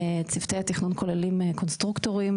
צוותי התכנון כוללים קונסטרוקטורים,